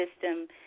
system